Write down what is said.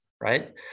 right